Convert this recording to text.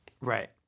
Right